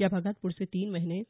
या भागात पुढचे तीन महिने